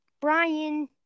Brian